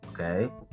okay